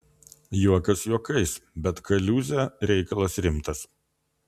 juokas juokais bet kaliūzė reikalas rimtas